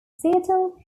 seattle